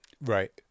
Right